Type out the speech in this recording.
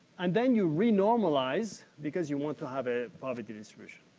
and then, you renormalize because you want to have a property distribution.